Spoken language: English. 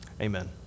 amen